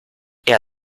eher